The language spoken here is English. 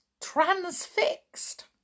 transfixed